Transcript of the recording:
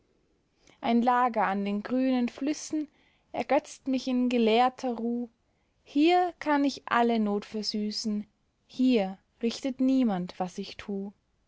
ein lager an den grünen flüssen ergötzt mich in gelehrter ruh hier kann ich alle not versüßen hier richtet niemand was ich tu